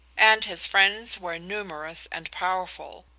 and his friends were numerous and powerful,